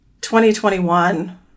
2021